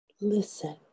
Listen